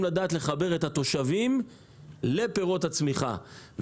לדעת לחבר את התושבים לפירות הצמיחה.